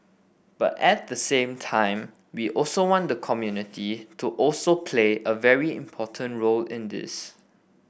but at the same time we also want the community to also play a very important role in this